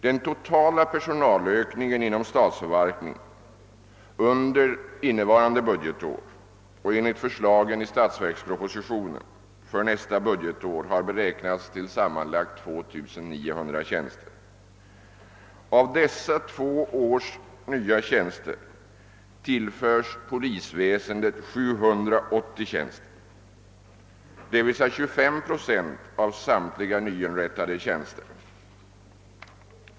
Den totala ökningen inom statsförvaltningen under innevarande budgetår och enligt förslagen i statsverkspropositionen för nästa budgetår har beräknats till sammanlagt 2 900 tjänster. Av dessa nya tjänster under två år tillföres polisväsendet 780, d. v. s. 25 procent av samtliga nyinrättade tjänster.